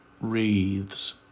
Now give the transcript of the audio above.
wreaths